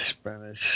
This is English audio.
Spanish